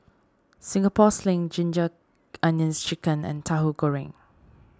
Singapore Sling Ginger Onions Chicken and Tahu Goreng